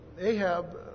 Ahab